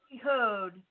heard